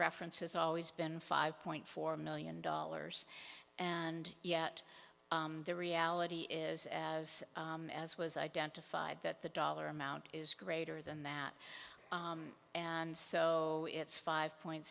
references always been five point four million dollars and yet the reality is as as was identified that the dollar amount is greater than that and so it's five point